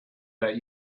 that